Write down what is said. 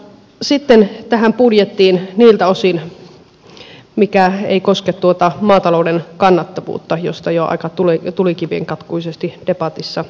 sitten tähän budjettiin niiltä osin mikä ei koske tuota maatalouden kannattavuutta josta jo aika tulikivenkatkuisesti debatissa totesinkin